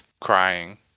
crying